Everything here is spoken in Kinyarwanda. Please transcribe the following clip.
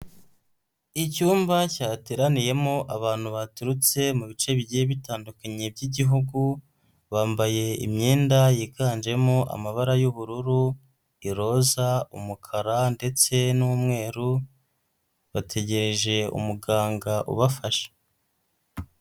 Icyumba cyateraniyemo abantu baturutse mu bice bigiye bitandukanye by'Igihugu, bambaye imyenda yiganjemo amabara y'ubururu, iroza, umukara, ndetse n'umweru, bategereje umuganga ubafasha.